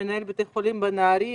שמנהל בית החולים בנהריה,